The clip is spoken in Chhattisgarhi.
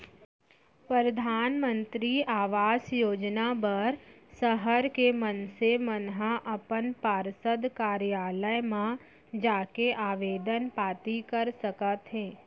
परधानमंतरी आवास योजना बर सहर के मनसे मन ह अपन पार्षद कारयालय म जाके आबेदन पाती कर सकत हे